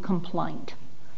complaint